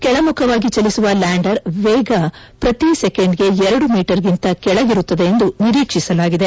ಕೆಳಮುಖವಾಗಿ ಚಲಿಸುವ ಲ್ಲಾಂಡರ್ ವೇಗ ಪ್ರತಿ ಸೆಕೆಂಡ್ ಗೆ ಎರಡು ಮೀಟರ್ ಗಿಂತ ಕೆಳಗಿರುತ್ತದೆ ಎಂದು ನಿರೀಕ್ಷಿಸಲಾಗಿದೆ